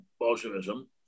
Bolshevism